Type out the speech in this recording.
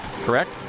correct